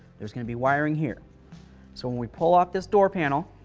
there's going to be wiring here so when we pull off this door panel,